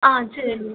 ஆ சரி